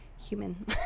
human